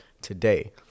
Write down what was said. today